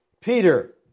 Peter